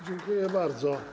Dziękuję bardzo.